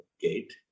gate